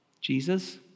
Jesus